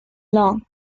long